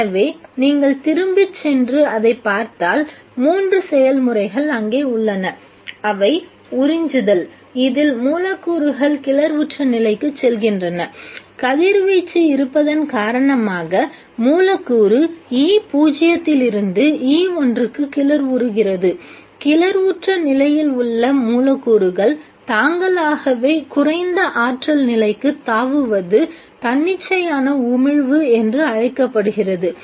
எனவே நீங்கள் திரும்பிச்சென்று அதைப் பார்த்தால் மூன்று செயல்முறைகள் அங்கே உள்ளன அவை உறிஞ்சுதல் இதில் மூலக்கூறுகள் கிளர்வுற்ற நிலைக்கு செல்கின்றன கதிர்வீச்சு இருப்பதன் காரணமாக மூலக்கூறு E₀ யிலிருந்து E1 க்கு கிளர்வுறுகிறது கிளர்வுற்ற நிலையில் உள்ள மூலக்கூறுகள் தாங்களாகவே குறைந்த ஆற்றல் நிலைக்கு தாவுவது தன்னிச்சையான உமிழ்வு என்று அழைக்கப்படுகிறது